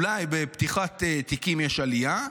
אולי בפתיחת תיקים יש עלייה,